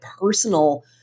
personal